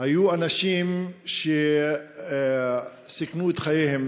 אנשים שסיכנו את חייהם,